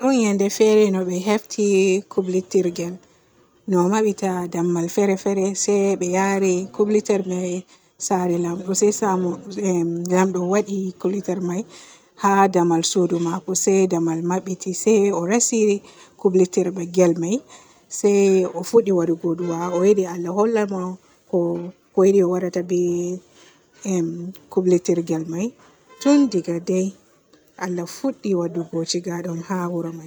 ɗon yende fere no be hefti kublitirgel no mabbita dammugal fere fere se be yaari kublitir may saare laamɗo haa damal suudu maako se dammal mabbiti se o resi kublitirgel may se o fuɗɗi waadugo du'a o yiɗi Allah holla mo ko ko o yiɗi o waadata be be emm kublitirgel may. Tun diga den Allah fuɗɗi waddugo cigadam haa wuro may.